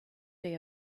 day